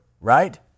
right